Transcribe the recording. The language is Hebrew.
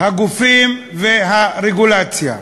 הגופים והרגולציה".